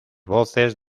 voces